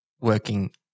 working